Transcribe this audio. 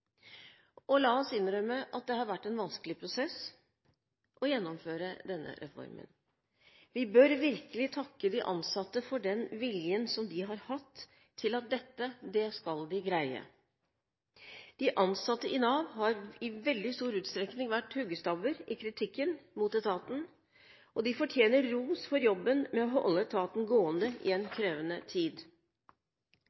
La oss innrømme at det har vært en vanskelig prosess å gjennomføre denne reformen. Vi bør virkelig takke de ansatte for den viljen de har hatt til å greie dette. De ansatte i Nav har i veldig stor utstrekning vært huggestabber i kritikken mot etaten. De fortjener ros for jobben med å holde etaten gående i en